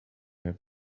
have